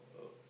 oh